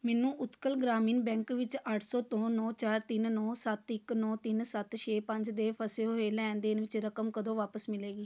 ਮੈਨੂੰ ਉਤਕਲ ਗ੍ਰਾਮੀਣ ਬੈਂਕ ਵਿੱਚ ਅੱਠ ਸੌ ਤੋਂ ਨੌਂ ਚਾਰ ਤਿੰਨ ਨੌਂ ਸੱਤ ਇੱਕ ਨੌਂ ਤਿੰਨ ਸੱਤ ਛੇ ਪੰਜ ਦੇ ਫਸੇ ਹੋਏ ਲੈਣ ਦੇਣ ਵਿੱਚ ਰਕਮ ਕਦੋਂ ਵਾਪਸ ਮਿਲੇਗੀ